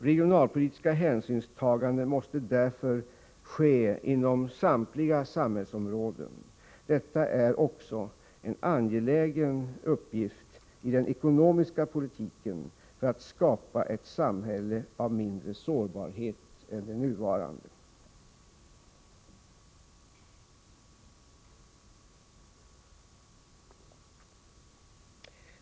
Regionalpolitiska hänsynstaganden måste därför göras inom samtliga samhällsområden. Detta är också en angelägen uppgift i den ekonomiska politiken för att skapa ett samhälle med mindre sårbarhet än det nuvarande.